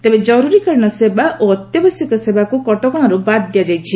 ତେବେ ଜରୁରୀକାଳୀନ ସେବା ଓ ଅତ୍ୟାବଶ୍ୟକ ସେବାକୁ କଟକଣାରୁ ବାଦ୍ ଦିଆଯାଇଛି